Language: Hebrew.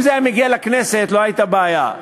אם זה היה מגיע לכנסת לא הייתה בעיה,